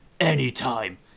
Anytime